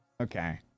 okay